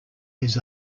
his